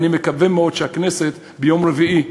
אני מקווה מאוד שהכנסת, ביום רביעי,